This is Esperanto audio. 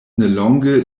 nelonge